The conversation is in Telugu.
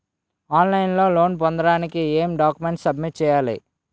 ఆన్ లైన్ లో లోన్ పొందటానికి ఎం డాక్యుమెంట్స్ సబ్మిట్ చేయాలి?